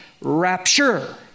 rapture